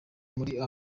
muri